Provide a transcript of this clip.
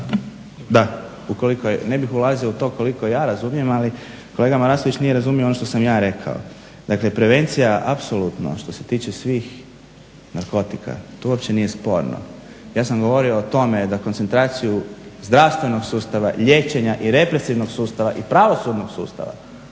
je, ne bih ulazio u to koliko ja razumije, ali kolega Marasović nije razumio ono što sam ja rekao. Dakle, prevencija apsolutno što se tiče svih narkotika, to uopće nije sporno, ja sam govorio o tome da koncentraciju zdravstvenog sustava liječenja i represivnog sustava i pravosudnog sustava